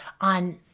on